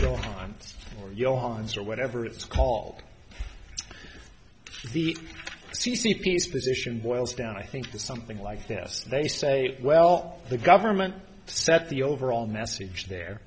hands or whatever it's called the c c peace position boils down i think that something like this they say well the government set the overall message there